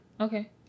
Okay